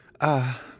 Ah